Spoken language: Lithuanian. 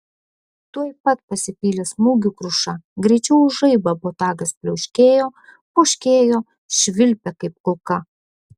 tuoj pat pasipylė smūgių kruša greičiau už žaibą botagas pliauškėjo poškėjo švilpė kaip kulka